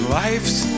life's